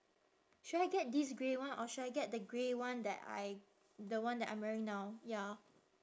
should I get this grey one or should I get the grey one that I the one that I'm wearing now ya